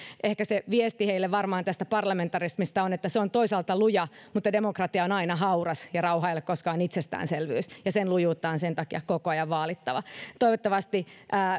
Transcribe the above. se viesti heille varmaan parlamentarismista on että se on toisaalta luja mutta demokratia on aina hauras ja rauha ei ole koskaan itsestäänselvyys ja sen lujuutta on sen takia koko ajan vaalittava toivottavasti